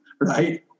Right